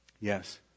Yes